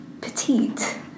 petite